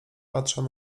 patrzał